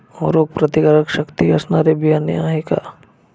रोगप्रतिकारशक्ती असणारी बियाणे आहे का?